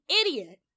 idiot